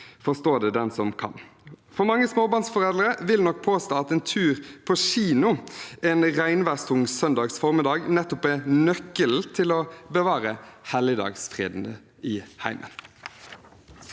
Forstå det den som kan. Mange småbarnsforeldre vil nok påstå at en tur på kino en regnværstung søndag formiddag nettopp er nøkkelen til å bevare «helligdagsfreden» i heimen.